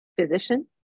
physician